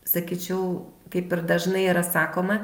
sakyčiau kaip ir dažnai yra sakoma